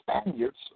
Spaniards